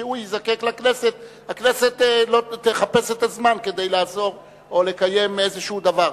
כשהוא ייזקק לכנסת הכנסת לא תחפש את הזמן כדי לעזור או לקיים איזה דבר.